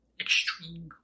Extreme